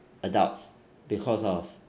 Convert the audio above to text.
adults because of